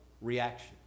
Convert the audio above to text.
reaction